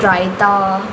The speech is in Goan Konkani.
रायता